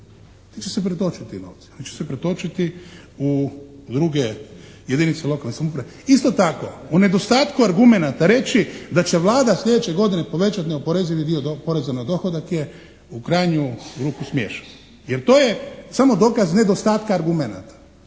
će se pretočiti ti novci? Oni će se pretočiti u druge jedinice lokalne samouprave. Isto tako u nedostatku argumenata reći da će Vlada sljedeće godine povećati neoporezivi dio poreza na dohodak je u krajnju ruku smiješno jer to je samo dokaz nedostatka argumenata